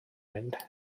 mynd